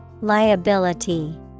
Liability